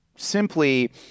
Simply